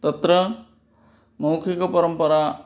तत्र मौखिकपरम्परा